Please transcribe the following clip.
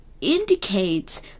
indicates